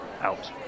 out